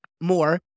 more